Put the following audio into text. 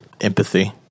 empathy